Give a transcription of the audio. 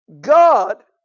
God